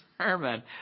sermon